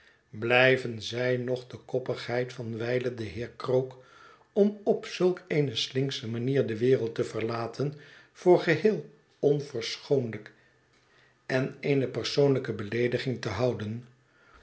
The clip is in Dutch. blijven zij nog de koppigheid van wijlen den heer krook om op zulk eene slinksche manier de wereld te verlaten voor geheel onverschoonlijk en eene persoonlijke beleediging houden